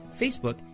Facebook